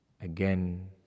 again